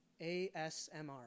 ASMR